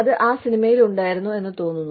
അത് ആ സിനിമയിൽ ഉണ്ടായിരുന്നു എന്ന് തോന്നുന്നു